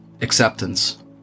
acceptance